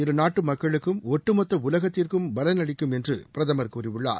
இருநாட்டு மக்களுக்கும் ஒட்டுமொத்த உலகத்திற்கும் பலன் அளிக்கும் என்று பிரதமர் கூறியுள்ளார்